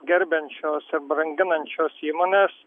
gerbiančios ir branginančios įmonės